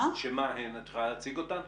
את יכולה להציג אותן?